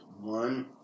One